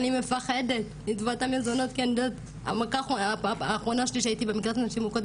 אני מפחדת כי המכה האחרונה שלי שהייתי במקלט נשים מוכות,